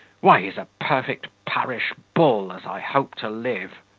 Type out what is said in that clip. why, he's a perfect parish bull, as i hope to live.